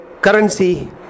currency